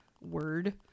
word